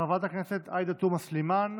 חברת הכנסת עאידה תומא סלימאן,